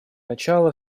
начало